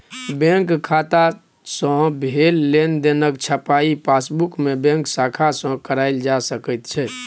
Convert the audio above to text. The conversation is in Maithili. बैंक खाता सँ भेल लेनदेनक छपाई पासबुकमे बैंक शाखा सँ कराएल जा सकैत छै